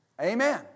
Amen